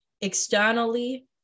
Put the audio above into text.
externally